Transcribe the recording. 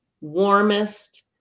warmest